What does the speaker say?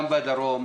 גם בדרום,